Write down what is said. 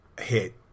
hit